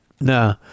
no